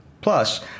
Plus